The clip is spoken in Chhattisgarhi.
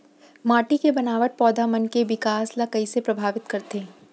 माटी के बनावट पौधा मन के बिकास ला कईसे परभावित करथे